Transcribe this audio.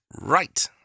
right